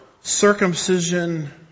circumcision